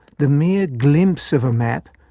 the mere glimpse of a map,